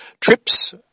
trips